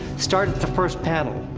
start at the first panel.